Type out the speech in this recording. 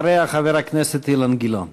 אחריה, חבר הכנסת אילן גילאון.